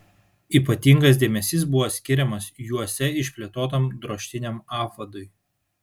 ypatingas dėmesys buvo skiriamas juose išplėtotam drožtiniam apvadui